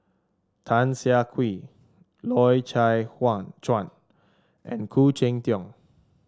Tan Siah Kwee Loy Chye Chuan and Khoo Cheng Tiong